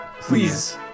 Please